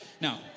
Now